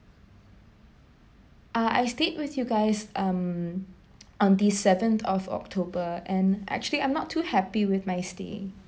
I stayed with you guys um on the seventh of october and actually I'm not too happy with my stay